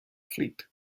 fleet